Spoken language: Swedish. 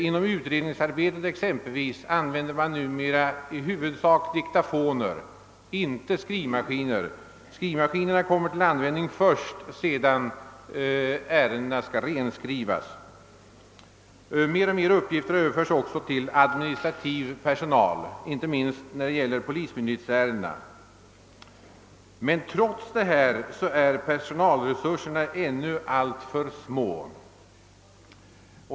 Inom utredningsarbetet exempelvis använder man numera i huvudsak diktafoner, inte skrivmaskiner. Skrivmaskinerna kommer till användning först när handlingarna skall renskrivas. Fler och fler uppgifter överförs också till administrativ personal, inte minst vad beträffar polismyndighetsärendena. Men trots detta är polisresurserna ändå alltför små.